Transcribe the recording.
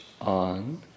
on